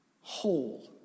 whole